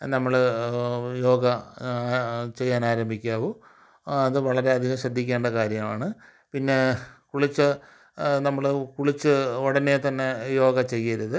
നമ്മൾ യോഗ ചെയ്യാൻ ആരംഭിക്കാവൂ അത് വളരെ അധികം ശ്രദ്ധിക്കേണ്ട കാര്യമാണ് പിന്നേ കുളിച്ച നമ്മൾ കുളിച്ച് ഉടനെ തന്നെ യോഗ ചെയ്യരുത്